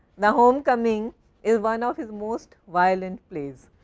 the home coming is one of his most violent plays.